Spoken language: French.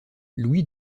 louis